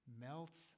melts